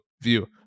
View